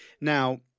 Now